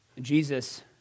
Jesus